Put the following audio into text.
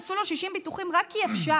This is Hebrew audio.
עשו לו 60 ביטוחים רק כי אפשר,